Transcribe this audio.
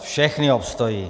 Všechny obstojí.